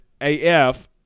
af